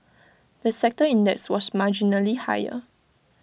the sector index was marginally higher